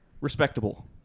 Respectable